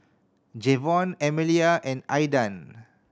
Jevon Emilia and Aydan